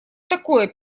такое